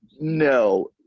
No